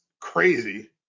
crazy